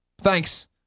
Thanks